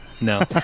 No